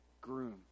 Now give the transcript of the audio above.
groom